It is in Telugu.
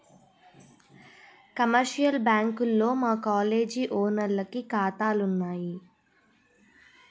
కమర్షియల్ బ్యాంకుల్లో మా కాలేజీ ఓనర్లకి కాతాలున్నయి